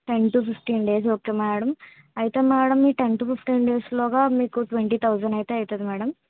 ten two fifteen days okay madam అయితే madam ఈ ten two fifteen డేస్లోగా మీకు ట్వంటీ థౌజండ్ అయితే అవుతుంది మేడం